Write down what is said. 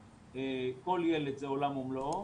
כל ילד זה עולם ומלואו